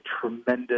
tremendous